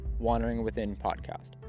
wanderingwithinpodcast